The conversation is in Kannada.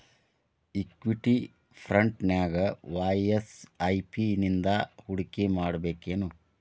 ಇಕ್ವಿಟಿ ಫ್ರಂಟ್ನ್ಯಾಗ ವಾಯ ಎಸ್.ಐ.ಪಿ ನಿಂದಾ ಹೂಡ್ಕಿಮಾಡ್ಬೆಕೇನು?